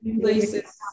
places